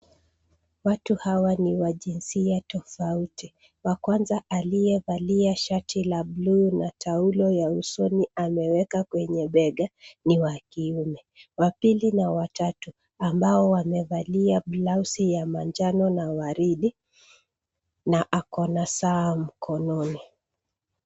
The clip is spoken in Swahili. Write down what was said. Watu hawa ni wa jinsia tofauti. Was kwanza aliyevalia shati ya buluu na taulo ya usoni ameweka kwenye bega ni wa kiume. Wa pili na watatu ambao wamevalia blausi ya manjano na waridi na ako na saa mkononi.